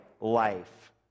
life